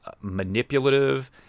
manipulative